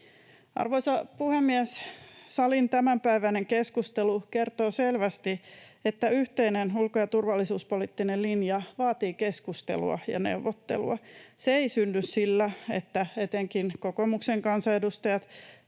Arvoisa puhemies! Salin tämänpäiväinen keskustelu kertoo selvästi, että yhteinen ulko- ja turvallisuuspoliittinen linja vaatii keskustelua ja neuvottelua. Se ei synny sillä, että etenkin kokoomuksen kansanedustajat